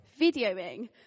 videoing